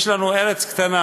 יש לנו ארץ קטנה,